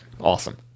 Awesome